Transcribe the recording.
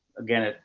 again,